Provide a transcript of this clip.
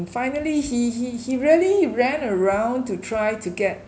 finally he he he really ran around to try to get